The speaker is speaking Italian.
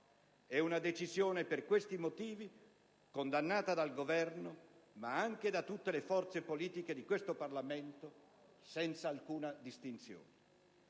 È una decisione, per questi motivi, condannata dal Governo, ma anche da tutte le forze politiche di questo Parlamento, senza alcuna distinzione.